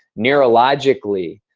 neurologically,